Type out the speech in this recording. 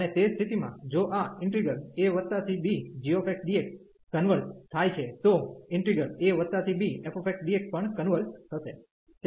અને તે સ્થિતિમાં જો આ abgxdx કન્વર્ઝ થાય છે તો abfxdx પણ કન્વર્ઝ થશે